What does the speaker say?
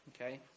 Okay